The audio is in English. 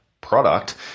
product